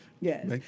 Yes